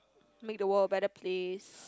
make the world a better place